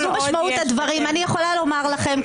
אני יכולה לומר לכם,